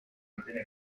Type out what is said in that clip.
antena